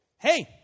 Hey